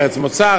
ארץ מוצא,